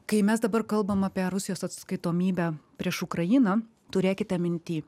kai mes dabar kalbam apie rusijos atskaitomybę prieš ukrainą turėkite minty